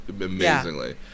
amazingly